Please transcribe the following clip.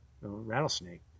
Rattlesnake